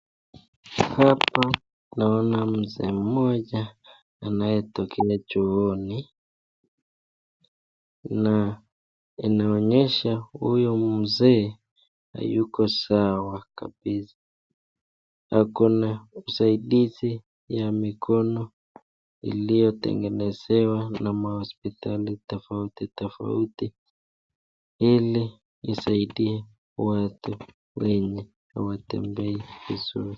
Hapa tunaona mzee mmoja anayetokea chooni na inaonyesha huyo mzee hayuko sawa kabisa. Ako na usaidizi ya mikono iliotengenezewa na mahospitali tofauti tofauti ili isaidie watu wenye hawatembei vizuri.